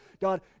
God